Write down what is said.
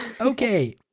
Okay